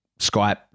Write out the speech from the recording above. Skype